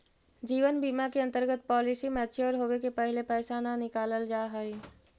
जीवन बीमा के अंतर्गत पॉलिसी मैच्योर होवे के पहिले पैसा न नकालल जाऽ हई